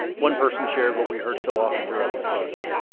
one person shared what we heard so often throughout this process.